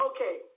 Okay